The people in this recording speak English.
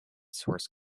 source